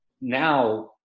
now